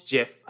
Jeff